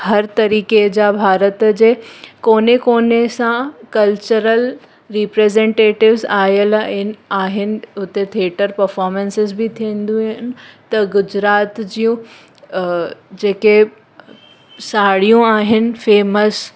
हर तरीक़े जा भारत जे कोने कोने सां कल्चरल रीप्रेजंटेटिवस आयलु आहिनि आहिनि उते थिएटर परफॉमसिस बि थींदियूं आहिनि गुजरात जूं जेके साड़ियूं आहिनि फेमस